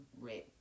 red